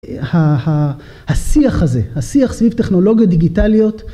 השיח הזה, השיח סביב טכנולוגיות דיגיטליות.